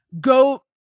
go